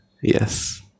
Yes